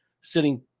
sitting